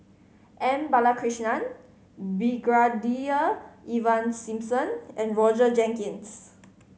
M Balakrishnan Brigadier Ivan Simson and Roger Jenkins